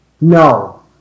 No